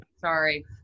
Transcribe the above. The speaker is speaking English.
Sorry